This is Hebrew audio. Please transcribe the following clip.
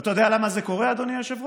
ואתה יודע למה זה קורה, אדוני היושב-ראש?